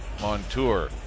Montour